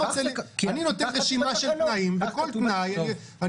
אני נותן רשימה של תנאים וכל תנאי אני